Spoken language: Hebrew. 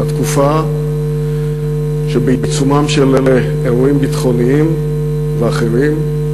זאת הייתה תקופה שבעיצומם של אירועים ביטחוניים ואחרים,